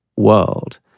world